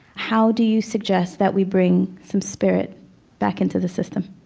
how do you suggest that we bring some spirit back into the system?